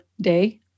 day